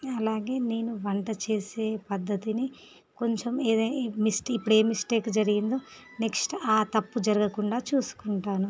అలాగే నేను వంట చేసే పద్ధతిని కొంచెం ఏదైన మిస్టేక్ ఇప్పుడు ఏ మిస్టేక్ జరిగిందో నెక్స్ట్ ఆ తప్పు జరగకుండా చూసుకుంటాను